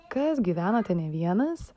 kas gyvenate ne vienas